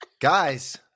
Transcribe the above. Guys